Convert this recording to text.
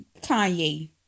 Kanye